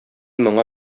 моңа